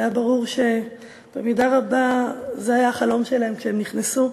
והיה ברור שבמידה רבה זה היה החלום שלהם כשהם נכנסו,